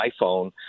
iPhone